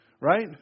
Right